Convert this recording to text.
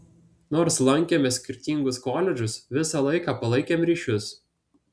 nors lankėme skirtingus koledžus visą laiką palaikėm ryšius